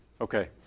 Okay